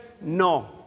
No